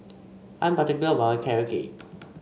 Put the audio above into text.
I'm particular about my Carrot Cake